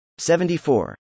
74